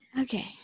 Okay